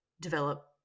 develop